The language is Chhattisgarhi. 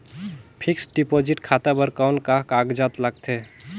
फिक्स्ड डिपॉजिट खाता बर कौन का कागजात लगथे?